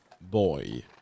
boy